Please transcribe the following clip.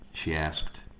she asked.